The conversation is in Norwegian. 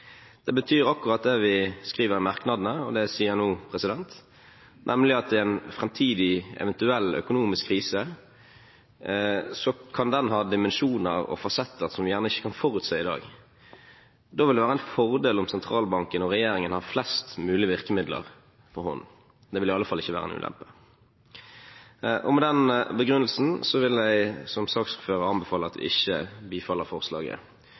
Det betyr akkurat det vi skriver i merknadene og det jeg sier nå, nemlig at en eventuell framtidig økonomisk krise kan ha dimensjoner og fasetter som vi gjerne ikke kan forutse i dag. Da vil det være en fordel om sentralbanken og regjeringen har flest mulig virkemidler for hånden. Det vil i alle fall ikke være en ulempe. Med den begrunnelsen vil jeg som saksordfører anbefale at forslaget ikke bifalles. Når det